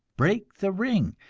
break the ring!